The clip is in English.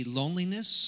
loneliness